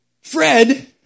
Fred